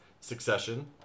Succession